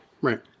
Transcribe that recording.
Right